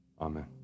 Amen